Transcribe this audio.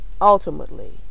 ultimately